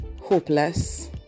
hopeless